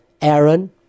Aaron